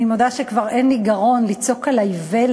אני מודה שכבר אין לי גרון לצעוק על האיוולת,